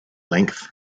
length